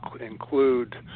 include